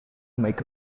make